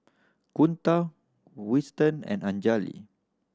Kunta Weston and Anjali